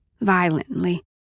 violently